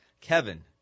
Kevin